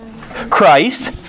Christ